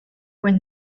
when